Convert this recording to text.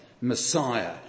Messiah